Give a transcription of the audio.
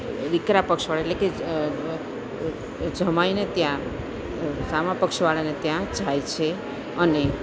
દીકરા પક્ષવાળા એટલે કે જમાઈને ત્યાં સામા પક્ષવાળાને ત્યાં જાય છે અને